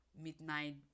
midnight